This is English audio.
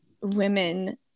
women